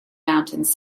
mountains